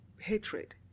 hatred